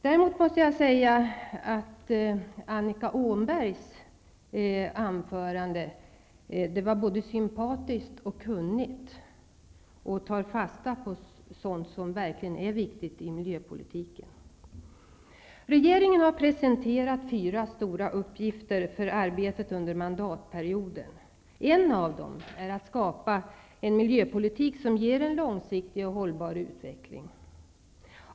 Däremot måste jag säga att Annika Åhnbergs anförande var både sympatiskt och kunnigt, och hon tog fasta på sådant som verkligen är viktigt i miljöpolitiken. Regeringen har presenterat fyra stora uppgifter för arbetet under mandatperioden. En av dem är att skapa en miljöpolitik som ger en långsiktig och hållbar utveckling.